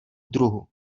druhu